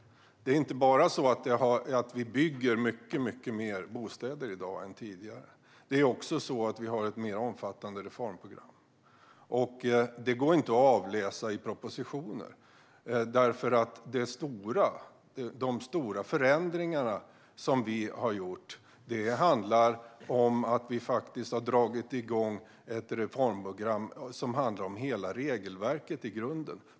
Vi bygger inte bara mycket fler bostäder än tidigare, utan vi har också ett mer omfattande reformprogram. Det går inte att avläsa i propositioner, därför att de stora förändringar som vi har gjort handlar om att vi faktiskt har dragit igång ett reformprogram rörande hela regelverket i grunden.